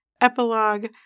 epilogue